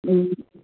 ॿई